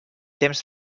temps